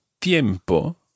tiempo